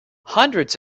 hundreds